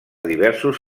diversos